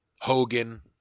Hogan